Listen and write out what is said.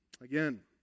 Again